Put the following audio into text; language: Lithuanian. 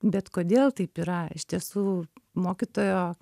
bet kodėl taip yra iš tiesų mokytojo